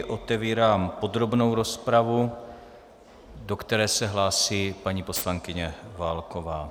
Otevírám podrobnou rozpravu, do které se hlásí paní poslankyně Válková.